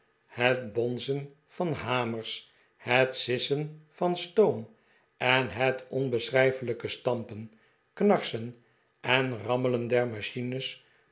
het bonzen van hamers het sissen van stoom en het onbeschrijfelijke stampen knarsen en rammelen der machines